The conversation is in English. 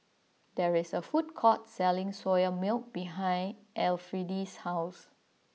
there is a food court selling Soya Milk behind Elfrieda's house